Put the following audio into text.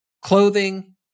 Clothing